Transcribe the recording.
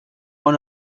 bon